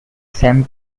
sam